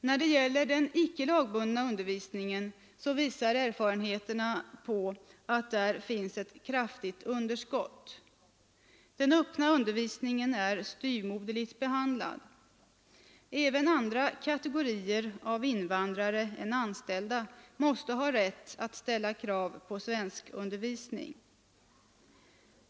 När det gäller den icke lagbundna undervisningen visar erfarenheterna att där finns ett kraftigt underskott. Den öppna undervisningen är styvmoderligt behandlad. Även andra kategorier av invandrare än anställda måste ha rätt att ställa krav på svenskundervisning.